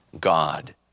God